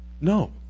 No